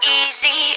easy